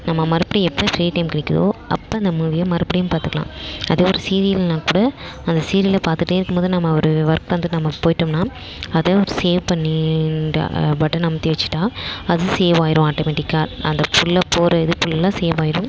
நம்ம மறுபடி எப்போ ஃப்ரீ டைம் கிடைக்கிறதோ அப்போ அந்த மூவியை மறுபடியும் பார்த்துக்லாம் அது ஒரு சீரியல்னால் கூட அந்த சீரியல்லை பார்த்துட்டே இருக்கும் போது நம்ம ஒரு ஒர்க் வந்து நம்ம போயிட்டோம்னால் அதை ஒரு சேவ் பண்ணி பட்டன் அமுத்தி வைச்சுட்டா அது சேவ் ஆகிரும் ஆட்டோமேட்டிக்கா அந்த புல்லா போற இது புல்லா சேவ் ஆயிரும்